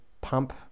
pump